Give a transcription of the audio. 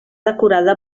decorada